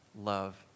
love